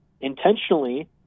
intentionally